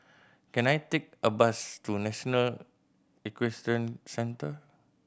can I take a bus to National Equestrian Centre